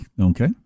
Okay